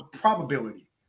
probability